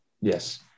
Yes